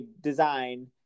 design